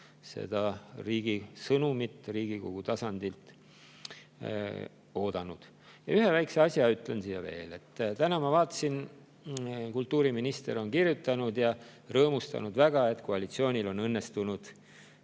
seda riigi sõnumit Riigikogu tasandilt oodanud. Ühe väikese asja ütlen siia veel. Täna ma vaatasin, et kultuuriminister on kirjutanud ja rõõmustanud väga, et koalitsioonil on õnnestunud